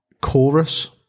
Chorus